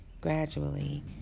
Gradually